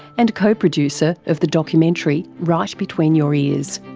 and co-producer of the documentary right between your ears.